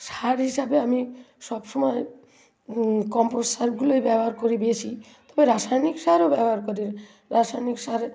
সার হিসাবে আমি সবসময় কম্পোস্ট সারগুলোই ব্যবহার করি বেশি তবে রাসায়নিক সারও ব্যবহার করি রাসায়নিক সারে